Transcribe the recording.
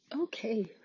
Okay